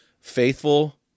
faithful